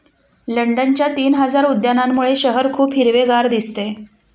लंडनच्या तीन हजार उद्यानांमुळे शहर खूप हिरवेगार दिसते